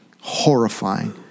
horrifying